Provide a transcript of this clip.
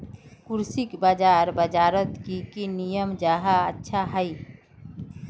कृषि बाजार बजारोत की की नियम जाहा अच्छा हाई?